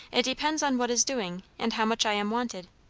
it depends on what is doing, and how much i am wanted.